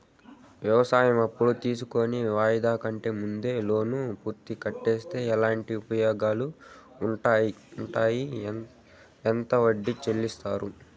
వ్యవసాయం అప్పు తీసుకొని వాయిదా కంటే ముందే లోను పూర్తిగా కట్టేస్తే ఎట్లాంటి ఉపయోగాలు ఉండాయి? ఎంత వడ్డీ తగ్గిస్తారు?